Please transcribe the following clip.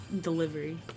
delivery